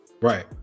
Right